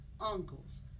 uncles